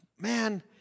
man